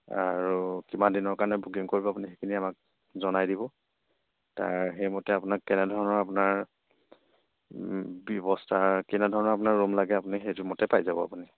আৰু কিমান দিনৰ কাৰণে বুকিং কৰিব আপুনি সেইখিনি আমাক জনাই দিব তাৰ সেইমতে আপোনাক কেনেধৰণৰ আপোনাৰ ব্যৱস্থা কেনেধৰণৰ আপোনাৰ ৰুম লাগে আপুনি সেইটোৰ মতে পাই যাব আপুনি